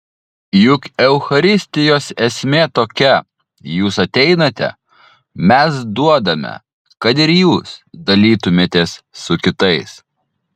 juk eucharistijos esmė tokia jūs ateinate mes duodame kad ir jūs dalytumėtės su kitais